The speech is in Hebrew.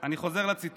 אני חוזר לציטוט.